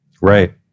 Right